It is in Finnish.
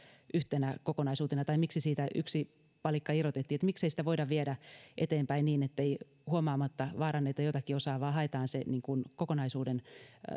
yhtenä kokonaisuutena tai miksi siitä yksi palikka irrotettiin miksei sitä voida viedä eteenpäin niin ettei huomaamatta vaaranneta jotakin osaa vaan haetaan se kokonaisuuden